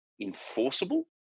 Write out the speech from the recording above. enforceable